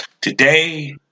today